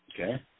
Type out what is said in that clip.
Okay